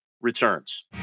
returns